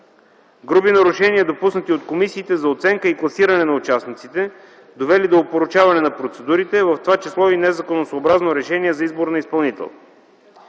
груби нарушения, допуснати от комисиите за оценка и класиране на участниците, довели до опорочаване на процедурите, в това число и незаконосъобразно решение за избор на изпълнител.